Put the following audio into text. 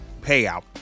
payout